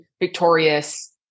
Victorious